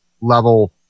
level